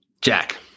Jack